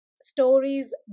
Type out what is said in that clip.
stories